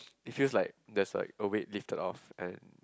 it feels like that's like a weight lifted off and